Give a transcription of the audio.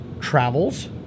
travels